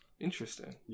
Interesting